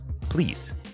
Please